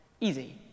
Easy